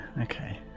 Okay